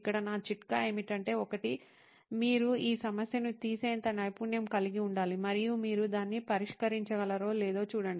ఇక్కడ నా చిట్కా ఏమిటంటే ఒకటి మీరు ఆ సమస్యను తీసేంత నైపుణ్యం కలిగి ఉండాలి మరియు మీరు దాన్ని పరిష్కరించగలరో లేదో చూడండి